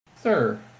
Sir